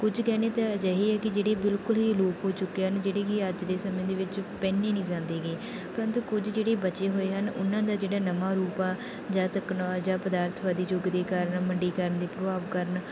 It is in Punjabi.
ਕੁਝ ਗਹਿਣੇ ਤਾਂ ਅਜਿਹੇ ਹੈ ਕਿ ਜਿਹੜੇ ਬਿਲਕੁਲ ਹੀ ਅਲੋਪ ਹੋ ਚੁੱਕੇ ਹਨ ਜਿਹੜੇ ਕਿ ਅੱਜ ਦੇ ਸਮੇਂ ਦੇ ਵਿੱਚ ਪਹਿਨੇ ਨਹੀਂ ਜਾਂਦੇ ਗੇ ਪਰੰਤੂ ਕੁਝ ਜਿਹੜੇ ਬਚੇ ਹੋਏ ਹਨ ਉਹਨਾਂ ਦਾ ਜਿਹੜਾ ਨਵਾਂ ਰੂਪ ਆ ਜਦ ਤੱਕ ਨ ਜਾਂ ਪਦਾਰਥਵਾਦੀ ਯੁੱਗ ਦੇ ਕਾਰਨ ਮੰਡੀਕਰਨ ਦੇ ਪ੍ਰਭਾਵ ਕਾਰਨ